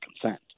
consent